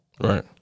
Right